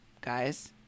guys